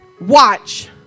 watch